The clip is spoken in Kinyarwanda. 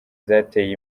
zateye